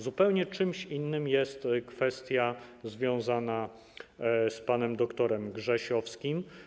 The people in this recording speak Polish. Zupełnie czymś innym jest kwestia związana z panem dr. Grzesiowskim.